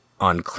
on